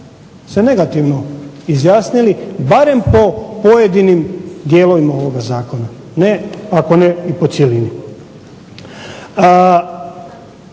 se negativno izjasnili barem po pojedinim dijelovima ovoga zakona ako ne i po cjelini. Mi